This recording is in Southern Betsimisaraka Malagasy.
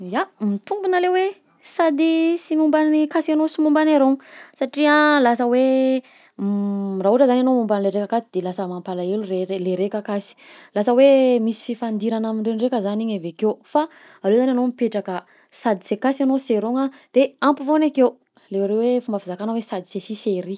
Ya, mitombina le hoe sady sy momba ny akasy anao sy momba le arôgno anao satria lasa hoe raha ohatra zany anao homba anle raika akaty de lasa mampalahelo ray le le raika akasy lasa hoe misy fifandirana amindreo ndraika zany iny avakeo, aleo zany anao mipetraka sady sy akasy anao no sy arôgna de ampofoagny akeo le reo hoe fomba fizakana hoe sady sy asy sy ery.